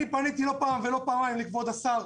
פניתי לא פעם ולא פעמיים לכבוד השר,